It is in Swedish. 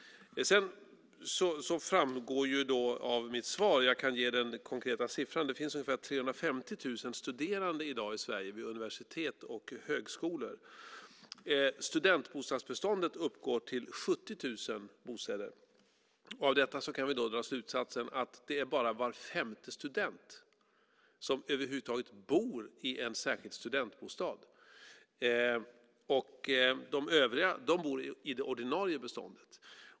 Det framgår av mitt svar - jag kan ge den konkreta siffran - att det finns ungefär 350 000 studerande i Sverige vid universitet och högskolor. Studentbostadsbeståndet uppgår till 70 000 bostäder. Av detta kan vi dra slutsatsen att det bara är var femte student som över huvud taget bor i en särskild studentbostad. De övriga bor i det ordinarie beståndet.